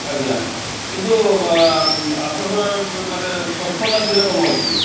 ଆଜ୍ଞା କିନ୍ତୁ ଆପଣଙ୍କ ମାନେ ସ୍ୱଚ୍ଛତା କି ରକମ ଅଛି